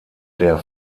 der